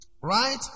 Right